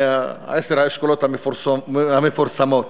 לעשרת האשכולות המפורסמים.